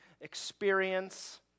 experience